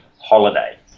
holiday